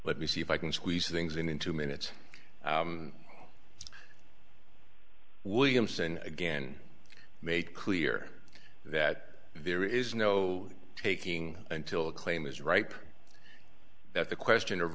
let me see if i can squeeze things in in two minutes williamson again made clear that there is no taking until a claim is ripe that the question of